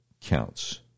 counts